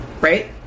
right